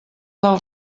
del